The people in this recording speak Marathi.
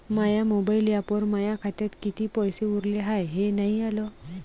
माया मोबाईल ॲपवर माया खात्यात किती पैसे उरले हाय हे नाही आलं